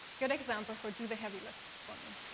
good example for do the heavy lifting for me.